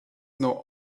know